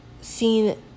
seen